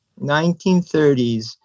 1930s